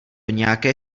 nějaké